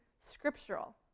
scriptural